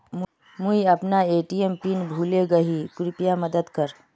मुई अपना ATM pin भूले गही कृप्या मदद कर